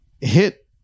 hit